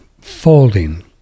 folding